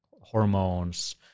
hormones